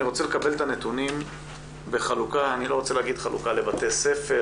אני רוצה לקבל את הנתונים בחלוקה אני לא רוצה להגיד חלוקה לבתי ספר,